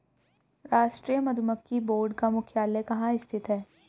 राष्ट्रीय मधुमक्खी बोर्ड का मुख्यालय कहाँ स्थित है?